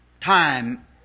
time